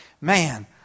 Man